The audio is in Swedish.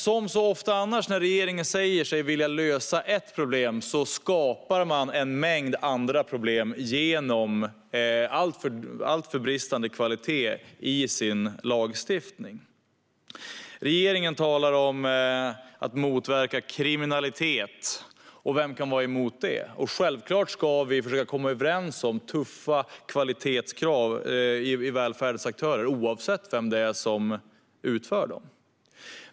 Som så ofta när regeringen säger sig vilja lösa ett problem skapar man en mängd andra problem genom alltför bristande kvalitet i sin lagstiftning. Regeringen talar om att motverka kriminalitet, och vem kan vara emot det? Självklart ska vi försöka komma överens om tuffa kvalitetskrav på välfärdens aktörer oavsett vem det är som utför dem.